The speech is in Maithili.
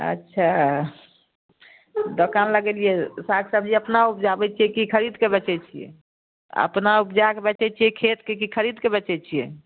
अच्छा दोकान लगेलिए साग सबजी अपना उपजाबै छियै कि खरीदके बेचैत छियै अपना उपजाके बेचैत छियै कि खरीदके बेचैत छियै